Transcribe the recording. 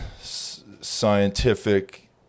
scientific